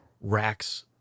racks